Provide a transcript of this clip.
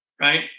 Right